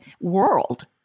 world